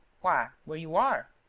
why, where you are.